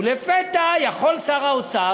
ולפתע יכול שר האוצר,